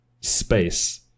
space